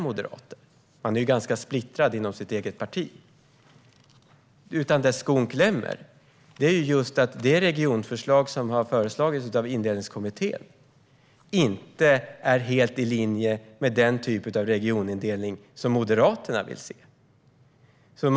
Man är ganska splittrad inom sitt eget parti. Men det regionförslag som har lagts fram av Indelningskommittén är inte helt i linje med den typ av regionindelning som Moderaterna vill se. Det är där skon klämmer.